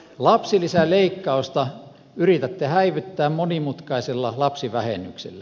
lapsilisäleikkausta yritätte häivyttää monimutkaisella lapsivähennyksellä